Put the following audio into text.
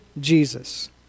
Jesus